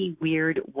weird